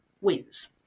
wins